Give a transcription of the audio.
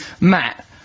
Matt